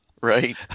Right